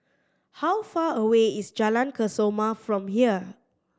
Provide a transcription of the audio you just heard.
how far away is Jalan Kesoma from here